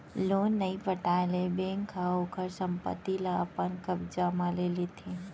loan नइ पटाए ले बेंक ह ओखर संपत्ति ल अपन कब्जा म ले लेथे